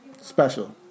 special